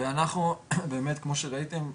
ואנחנו באמת כמו שראיתם,